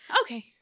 Okay